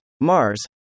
Mars